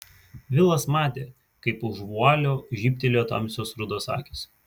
vilas matė kaip už vualio žybtelėjo tamsios rudos akys